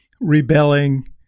rebelling